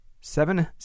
Seven